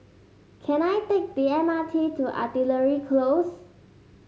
can I take the M R T to Artillery Close